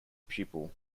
pupil